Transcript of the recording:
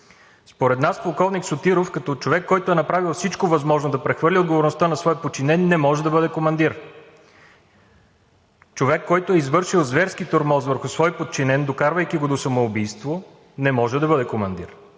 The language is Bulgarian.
Според нас полковник Сотиров като човек, който е направил всичко възможно да прехвърли отговорността на свой подчинен, не може да бъде командир, човек, който е извършил зверски тормоз върху свой подчинен, докарвайки го до самоубийство, не може да бъде командир